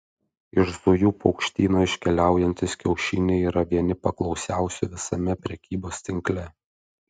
iš zujų paukštyno iškeliaujantys kiaušiniai yra vieni paklausiausių visame prekybos tinkle